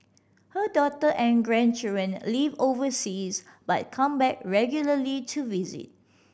her daughter and grandchildren live overseas but come back regularly to visit